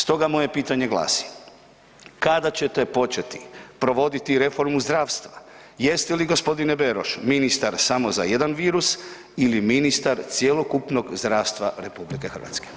Stoga moje pitanje glasi, kada ćete početi provoditi reformu zdravstva, jeste li g. Beroš, ministar samo za jedan virus ili ministar cjelokupnog zdravstva RH?